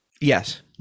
Yes